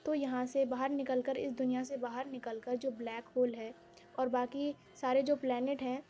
تو یہاں سے باہر نکل کر اس دنیا سے باہر نکل کر جو بلیک ہول ہے اور باقی سارے جو پلانیٹ ہیں